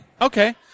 Okay